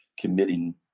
committing